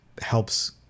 helps